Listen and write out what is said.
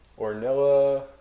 Ornella